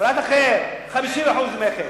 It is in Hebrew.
פרט אחר 50% מכס.